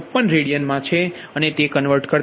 056 radian હશે જે 3